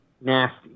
nasty